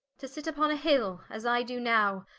to sit vpon a hill, as i do now,